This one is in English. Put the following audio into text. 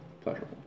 pleasurable